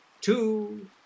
two